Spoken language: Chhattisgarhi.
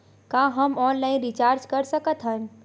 का हम ऑनलाइन रिचार्ज कर सकत हन?